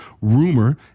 rumor